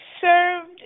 served